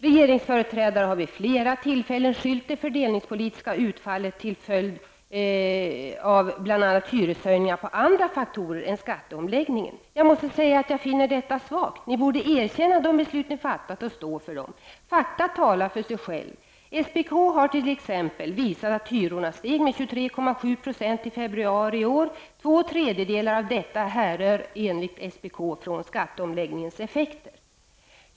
Regeringsföreträdare har vid flera tillfällen skyllt det fördelningspolitiska utfallet, till följd av bl.a. hyreshöjningarna, på andra faktorer än skatteomläggningen. Jag måste säga att jag finner detta svagt. Ni borde erkänna de beslut ni fattat och stå för dem. Fakta talar för sig själva. SPK har t.ex. visat att hyrorna steg med 23,7 % i februari i år. Två tredjedelar av denna höjning härrör enligt SPK från skatteomläggningens effekter.